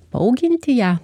paauginti ją